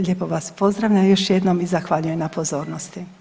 Lijepo vas pozdravljam još jednom i zahvaljujem na pozornosti.